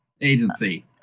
agency